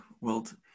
world